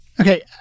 Okay